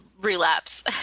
relapse